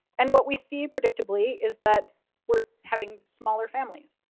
and what we see predictably, is that we're having smaller families.